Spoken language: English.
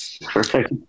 Perfect